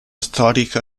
storica